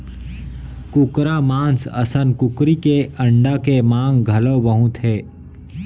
कुकरा मांस असन कुकरी के अंडा के मांग घलौ बहुत हे